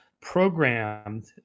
programmed